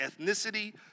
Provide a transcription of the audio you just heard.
ethnicity